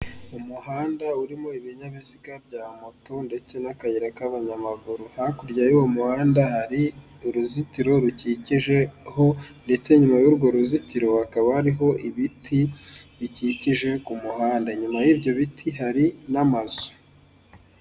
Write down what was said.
Umuhanda urimo ibinyabiziga bya moto ndetse n'akayira k'abanyamaguru hakurya y'uwo muhanda hari uruzitiro rukikije ho ndetse nyuma y'urwo ruzitiro hakaba hariho ibiti bikikije ku muhanda inyuma y'ibyo biti hari n'amazu.